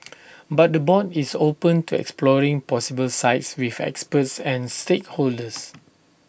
but the board is open to exploring possible sites with experts and stakeholders